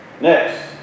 next